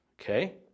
okay